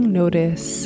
notice